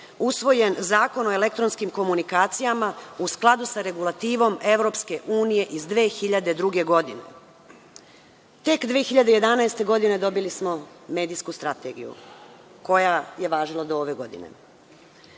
usvojen Zakon o elektronskim komunikacijama, u skladu sa regulativom Evropske unije iz 2002. godine. Tek 2011. godine dobili smo medijsku strategiju, koja je važila do ove godine. Rad